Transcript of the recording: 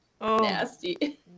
Nasty